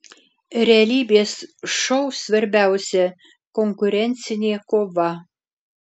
realybės šou svarbiausia konkurencinė kova